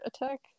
attack